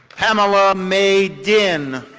pamela may denn.